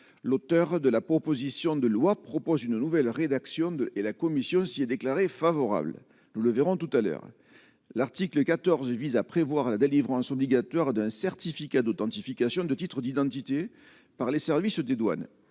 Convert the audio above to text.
l'auteur de la proposition de loi propose une nouvelle rédaction de et la Commission s'y est déclaré favorable, nous le verrons tout à l'heure, l'article 14 vise à prévoir à la délivrance obligatoire d'un certificat d'authentification de titres d'identité par les services des douanes